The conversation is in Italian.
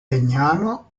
legnano